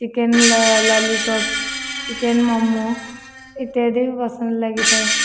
chicken lollipop chicken momo ଇତ୍ୟାଦି ପସନ୍ଦ ଲାଗିଥାଏ